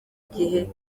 gihe